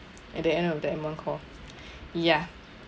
at the end of that M1 call ya